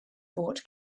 bought